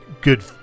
good